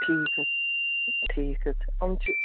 ٹھیٖک حظ ٹھیٖک حظ چھُ یِم چھِ